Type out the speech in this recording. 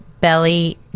Belly